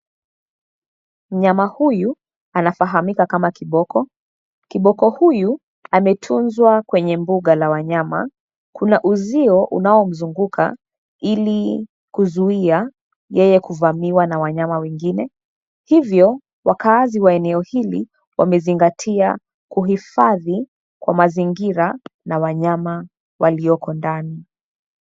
Mnyama huyu anafahamika kama kiboko. Kiboko huyu ametunzwa kwenye mbuga la wanyama. Kuna uzio unaomzunguka ili kuzuia yeye kuvamiwa na wanyama wengine. Wakaazi wa eneo hili wamezingatia kuhifadhi kwa mazingira na wanyama walioko ndani.